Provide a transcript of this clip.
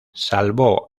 salvó